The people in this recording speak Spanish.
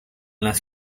las